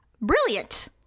brilliant